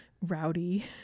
rowdy